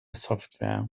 software